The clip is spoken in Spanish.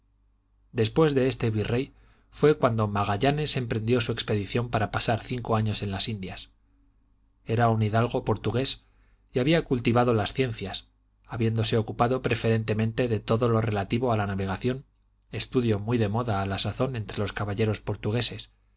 después de este virrey fué cuando magallanes emprendió su expedición para pasar cinco años en las indias era un hidalgo portugués y había cultivado las ciencias habiéndose ocupado preferentemente de todo lo relativo a la navegación estudio muy de moda a la sazón entre los caballeros portugueses